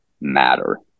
matter